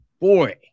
boy